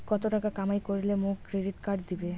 কত টাকা কামাই করিলে মোক ক্রেডিট কার্ড দিবে?